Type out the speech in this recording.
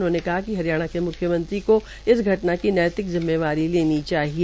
उन्होंने कहा कि हरियाणा के म्ख्यमंत्री को इस घटना की नैतिक जिम्मेदारी लेनी चाहिए